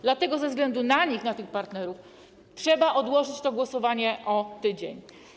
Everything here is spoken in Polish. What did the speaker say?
Dlatego ze względu na nich, na tych partnerów, trzeba odłożyć to głosowanie o tydzień.